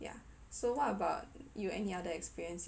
ya so what about you any other experience